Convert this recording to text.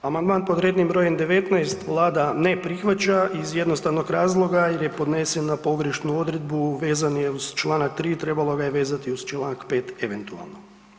Amandman pod rednim br. 19 vlada ne prihvaća iz jednostavnog razloga jer je podnesen na pogrešnu odredbu, vezan je uz čl. 3., trebalo ga je vezati uz čl. 5. eventualno.